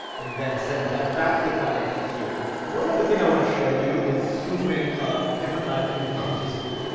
and then sends that back to the client here. one other thing i want to show you is spoofing different latitude and longitudes.